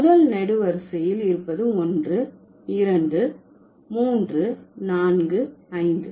முதல் நெடு வரிசையில் இருப்பது ஒன்று இரண்டு மூன்று நான்கு ஐந்து